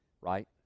Right